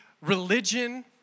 religion